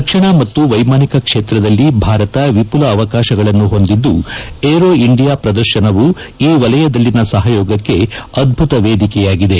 ರಕ್ಷಣಾ ಮತ್ತು ವೈಮಾನಿಕ ಕ್ಷೇತ್ರದಲ್ಲಿ ಭಾರತ ವಿಪುಲ ಅವಕಾಶಗಳನ್ನು ಹೊಂದಿದ್ದು ಏರೋ ಇಂಡಿಯಾ ಪ್ರದರ್ಶನವು ಈ ವಲಯದಲ್ಲಿನ ಸಹಯೋಗಕ್ಕೆ ಅದ್ಭುತ ವೇದಿಕೆಯಾಗಿದೆ